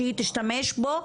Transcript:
שהיא תשתמש בו,